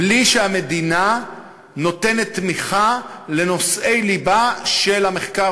בלי שהמדינה נותנת תמיכה לנושאי ליבה של המחקר